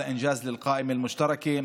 זה הישג לרשימה המשותפת.